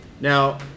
Now